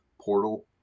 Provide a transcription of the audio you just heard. Portal